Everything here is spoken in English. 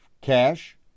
Cash